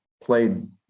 played